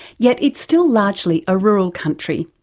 yet it's still largely a rural country.